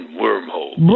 wormhole